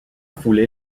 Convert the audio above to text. foulée